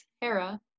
Hera